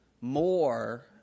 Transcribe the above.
more